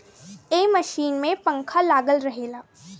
ए machine में पंखा लागल रहेला